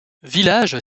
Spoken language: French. village